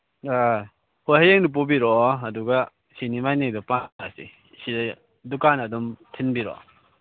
ꯑ ꯍꯣꯏ ꯍꯌꯦꯡꯗꯨ ꯄꯨꯕꯤꯔꯛꯑꯣ ꯑꯗꯨꯒ ꯁꯤꯅꯤ ꯃꯥꯅꯤꯗꯨ ꯄꯥꯔꯁꯤ ꯁꯤꯗ ꯗꯨꯀꯥꯟ ꯑꯗꯨꯝ ꯊꯤꯟꯕꯤꯔꯛꯑꯣ